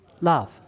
Love